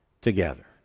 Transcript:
together